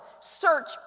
search